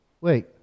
Wait